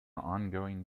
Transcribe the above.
ongoing